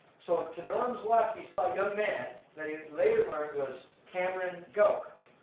so to norm's left he saw a young man, that he later learned was cameron goak.